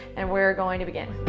and we're going to begin.